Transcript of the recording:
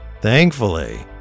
Thankfully